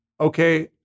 Okay